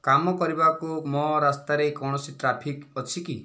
କାମ କରିବାକୁ ମୋ' ରାସ୍ତାରେ କୌଣସି ଟ୍ରାଫିକ୍ ଅଛି କି